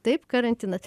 taip karantinas